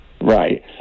Right